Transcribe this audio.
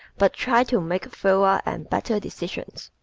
but try to make fewer and better decisions.